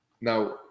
now